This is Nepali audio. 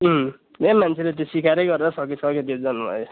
धेरै मान्छेले त्यो सिकारै गरेर सकिसक्यो त्यो जनवारहरू